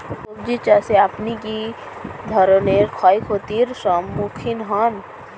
সবজী চাষে আপনি কী ধরনের ক্ষয়ক্ষতির সম্মুক্ষীণ হন?